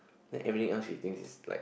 then everything else she thinks is like